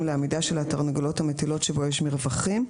לעמידה של התרנגולות המטילות שבו יש מרווחים,